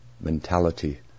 mentality